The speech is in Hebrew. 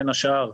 בין השאר,